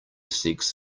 seeks